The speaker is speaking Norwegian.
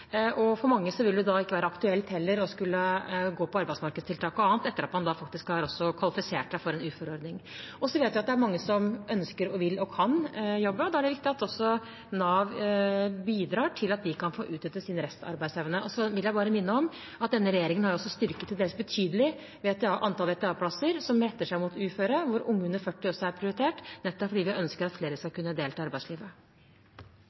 For mange vil det da heller ikke være aktuelt å gå på arbeidsmarkedstiltak og annet etter at man har kvalifisert seg for en uføreordning. Vi vet også at det er mange som ønsker, vil og kan jobbe, og da er det viktig at Nav bidrar til at de kan få utnyttet sin restarbeidsevne. Jeg vil også bare minne om at denne regjeringen har økt – til dels betydelig – antallet VTA-plasser, som retter seg mot uføre, hvor unge under 40 år er en prioritert gruppe, nettopp fordi vi ønsker at flere skal